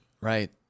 Right